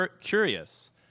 curious